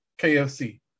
KFC